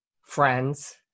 friends